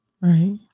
Right